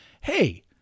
hey